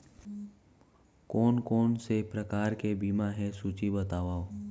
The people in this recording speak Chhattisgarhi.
कोन कोन से प्रकार के बीमा हे सूची बतावव?